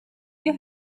you